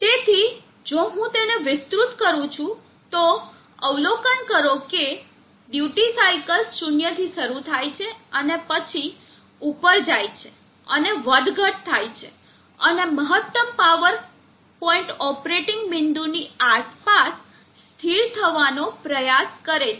તેથી જો હું તેને વિસ્તૃત કરું છું તો અવલોકન કરો કે ડ્યુટી સાઇકલ શૂન્યથી શરૂ થાય છે અને પછી ઉપર જાય છે અને વધઘટ થાય છે અને મહત્તમ પાવર પોઇન્ટ ઓપરેટિંગ બિંદુની આસપાસ સ્થિર થવાનો પ્રયાસ કરે છે